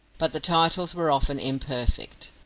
but the titles were often imperfect.